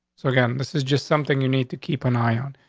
so again, this is just something you need to keep an eye on.